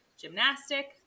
gymnastic